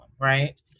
right